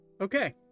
Okay